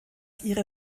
ihre